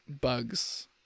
bugs